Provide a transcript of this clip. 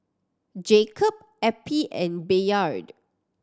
Jacob Eppie and Bayard